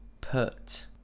put